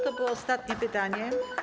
To było ostatnie pytanie.